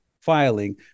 filing